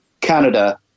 Canada